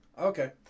Okay